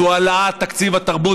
זו העלאת תקציב התרבות,